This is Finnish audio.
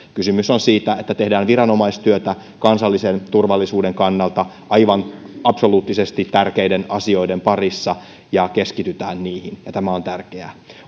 kysymys on siitä että tehdään viranomaistyötä kansallisen turvallisuuden kannalta aivan absoluuttisesti tärkeiden asioiden parissa ja keskitytään niihin tämä on tärkeää